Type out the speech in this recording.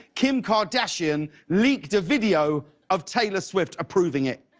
kim kardashian leaked a video of taylor swift approving it.